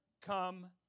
come